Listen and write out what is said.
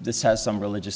this has some religious